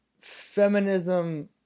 Feminism